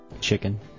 Chicken